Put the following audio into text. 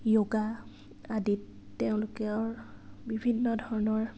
য়োগা আদিত তেওঁলোকৰ বিভিন্ন ধৰণৰ